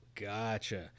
Gotcha